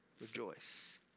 rejoice